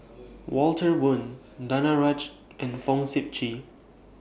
Walter Woon Danaraj and Fong Sip Chee